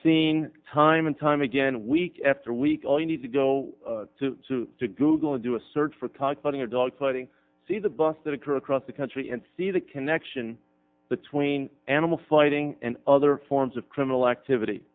seen time and time again week after week all you need to go to suit to google and do a search for cockfighting or dog fighting see the bus that occur across the country and see the connection between animal fighting and other forms of criminal activity